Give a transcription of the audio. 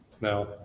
Now